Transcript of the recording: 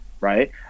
right